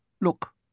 Look